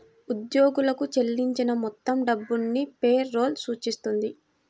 ఉద్యోగులకు చెల్లించిన మొత్తం డబ్బును పే రోల్ సూచిస్తుంది